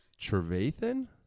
trevathan